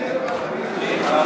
אני אעלה לרגע.